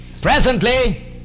Presently